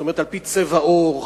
זאת אומרת על-פי צבע עור,